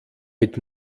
mit